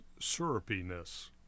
syrupiness